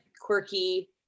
quirky